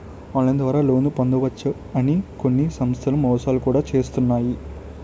online ద్వారా loan పొందవచ్చు అని కొన్ని సంస్థలు మోసాలు కూడా చేస్తున్నాయి